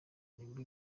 nibwo